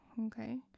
Okay